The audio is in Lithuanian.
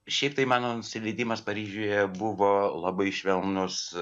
šiaip tai mano nusileidimas paryžiuje buvo labai švelnus